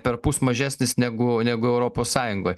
perpus mažesnis negu negu europos sąjungoj